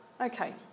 Okay